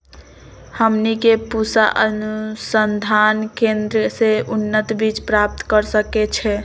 हमनी के पूसा अनुसंधान केंद्र से उन्नत बीज प्राप्त कर सकैछे?